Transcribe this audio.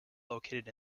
located